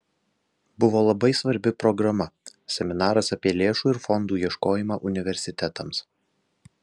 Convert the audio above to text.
buvo labai svarbi programa seminaras apie lėšų ir fondų ieškojimą universitetams